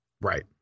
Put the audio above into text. Right